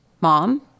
mom